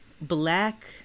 black